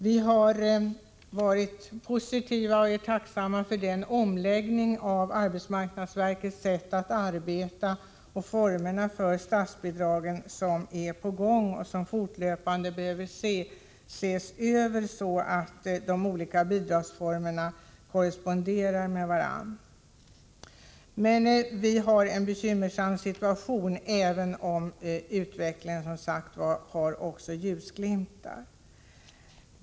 Vi har i länet varit positiva till och är tacksamma för den omläggning av arbetsmarknadsverkets sätt att arbeta och formerna för statsbidrag som är på gång. De olika bidragsformerna behöver ses över fortlöpande, så att de korresponderar med varandra. Det är emellertid en bekymmersam situation i Gävleborgs län, även om det finns ljusglimtar i utvecklingen.